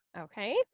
Okay